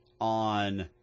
on